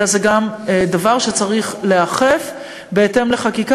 אלא זה גם דבר שצריך להיאכף בהתאם לחקיקה